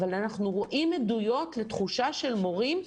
אבל אנחנו רואים עדויות לתחושה של מורים,